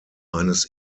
eines